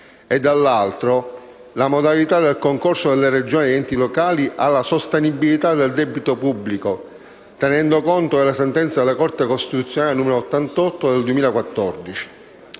e, dall'altro, le modalità del concorso delle Regioni e degli enti locali alla sostenibilità del debito pubblico, tenendo conto della sentenza della Corte costituzionale n. 88 del 2014.